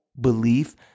belief